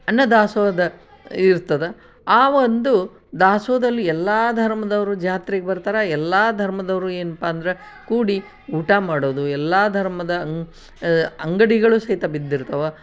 ಅನ್ನದಾಸೋಹ ಇರ್ತದೆ ಆ ಒಂದು ದಾಸೋಹದಲ್ಲಿ ಎಲ್ಲ ಧರ್ಮದವರು ಜಾತ್ರೆಗೆ ಬರ್ತಾರೆ ಎಲ್ಲ ಧರ್ಮದವರು ಏನಪ್ಪಾ ಅಂದ್ರೆ ಕೂಡಿ ಊಟ ಮಾಡೋದು ಎಲ್ಲ ಧರ್ಮದ ಅಂಗಡಿಗಳು ಸಹಿತ ಬಿದ್ದಿರ್ತವೆ